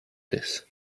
this